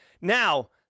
Now